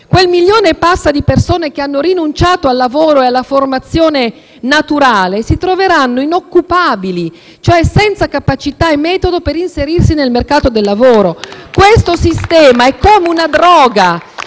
quel milione e passa di persone che hanno rinunciato al lavoro e alla formazione naturale si troveranno inoccupabili, cioè senza capacità e metodo per inserirsi nel mercato del lavoro. *(Applausi dal